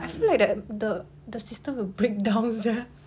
I feel like that the the system will breakdown sia